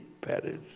Paris